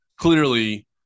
clearly